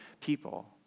people